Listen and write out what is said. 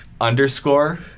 underscore